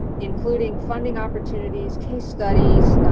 including funding opportunities, case studies,